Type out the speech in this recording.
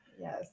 yes